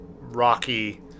rocky